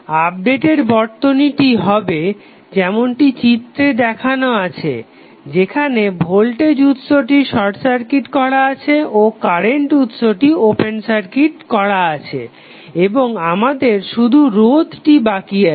updated বর্তনীটি হবে যেমনটি চিত্রে দেখানো আছে যেখানে ভোল্টেজ উৎসটি শর্ট সার্কিট করা আছে ও কারেন্ট উৎসটি ওপেন সার্কিট আছে এবং আমাদের শুধু রোধটি বাকি আছে